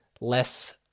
less